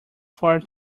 far